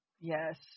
Yes